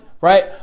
right